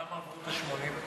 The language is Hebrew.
כמה עברו את ה-80?